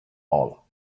all